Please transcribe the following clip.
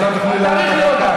חברת הכנסת סויד.